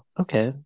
okay